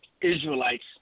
Israelites